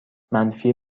منفی